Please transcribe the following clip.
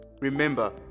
Remember